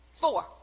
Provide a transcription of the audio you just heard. four